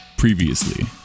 Previously